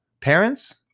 Parents